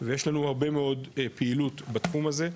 ויש לנו הרבה מאד פעילות בתחום הזה,